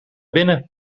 binnen